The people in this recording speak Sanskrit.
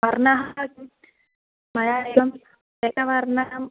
वर्णः मया एवं एकवर्णम्